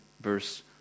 verse